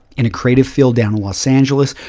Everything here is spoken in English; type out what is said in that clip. in a creative field down los angeles,